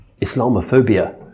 Islamophobia